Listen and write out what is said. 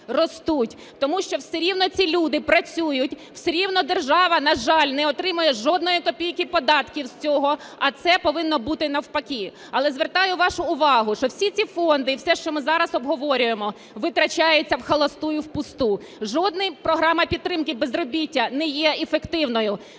Тому що все рівно ці люди працюють, все рівно держава, на жаль, не отримає жодної копійки податків з цього, а це повинно бути навпаки. Але звертаю вашу увагу, що всі ці фонди і все, що ми зараз обговорюємо, витрачаються вхолосту і впусту. Жодна програма підтримки безробіття не є ефективною,